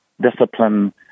discipline